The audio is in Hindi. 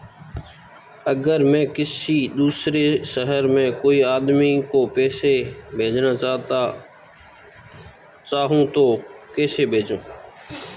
अगर मैं किसी दूसरे शहर में कोई आदमी को पैसे भेजना चाहूँ तो कैसे भेजूँ?